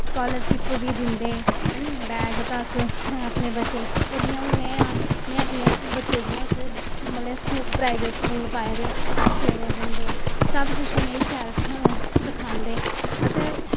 scholarship बी दिंदे है नी बैग तक्क अपने बच्चे गी हून जि'यां में आं में अपने बच्चे गी जि'यां इक मतलब प्राइवेट स्कूल पाए दे इ'यां सवेरै जंदे सब कुछ उ'नें गी शैल सखा सखांदे असें